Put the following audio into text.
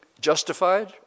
Justified